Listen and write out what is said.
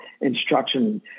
instruction